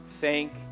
Thank